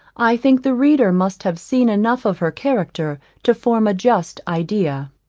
i think the reader must have seen enough of her character to form a just idea.